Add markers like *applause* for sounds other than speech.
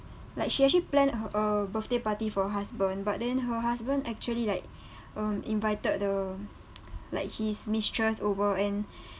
like she actually plan her uh birthday party for her husband but then her husband actually like *breath* um invited the like his mistress over and *breath*